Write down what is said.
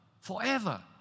Forever